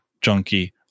junkie